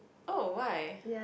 oh why